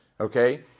okay